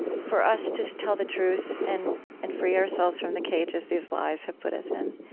for us to tell the truth and and free ourselves from the cages these lies have put us in,